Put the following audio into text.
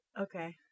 Okay